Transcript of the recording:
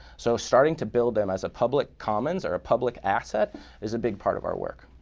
so starting to build them as a public commons or a public asset is a big part of our work.